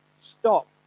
stop